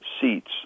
seats